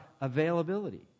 availability